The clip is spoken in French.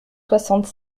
soixante